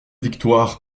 victoire